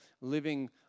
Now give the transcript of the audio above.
living